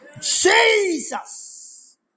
Jesus